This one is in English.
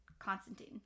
Constantine